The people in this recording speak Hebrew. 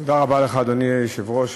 אדוני היושב-ראש,